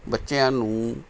ਬੱਚਿਆਂ ਨੂੰ